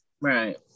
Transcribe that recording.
Right